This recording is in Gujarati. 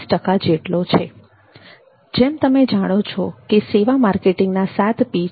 જેમ તમે જાણો છો કે સેવા માર્કેટિંગના 7P છે